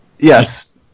Yes